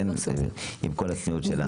עם כל הצניעות שלה.